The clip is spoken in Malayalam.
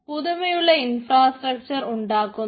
പുതുമയുള്ള ഇൻഫ്രാസ്ട്രക്ച്ചർ ഉണ്ടാക്കുന്നു